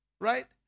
Right